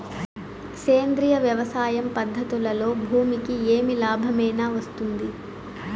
సేంద్రియ వ్యవసాయం పద్ధతులలో భూమికి ఏమి లాభమేనా వస్తుంది?